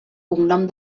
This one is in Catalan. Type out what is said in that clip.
cognom